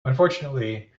unfortunately